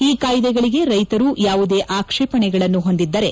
ಈ ಕಾಯಿದೆಗಳಿಗೆ ರೈತರು ಯಾವುದೇ ಆಕ್ಷೇಪಣೆಗಳನ್ನು ಹೊಂದಿದ್ದರೆ